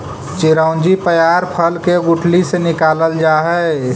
चिरौंजी पयार फल के गुठली से निकालल जा हई